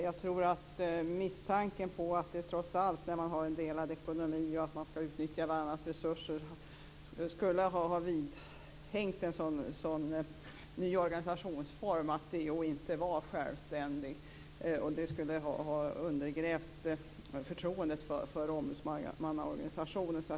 Jag tror att misstanken, när man har en delad ekonomi och skall utnyttja varandras resurser, trots allt skulle ha vidhängt en sådan ny organisationsform, alltså att DO inte var självständigt. Det skulle ha undergrävt förtroendet för ombudsmannaorganisationen.